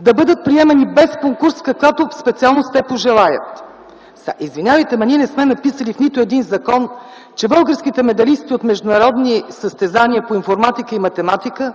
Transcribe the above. да бъдат приемани без конкурс в каквато специалност пожелаят. Извинявайте, но ние не сме написали в нито един закон, че българските медалисти от международни състезания по информатика и математика